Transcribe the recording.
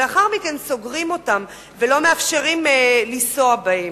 ולאחר מכן סוגרים אותם ולא מאפשרים לנסוע בהם.